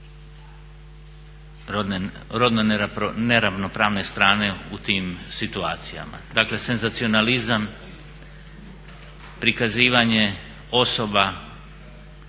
rodno neravnopravne strane u tim situacijama. Dakle senzacionalizam, prikazivanje osoba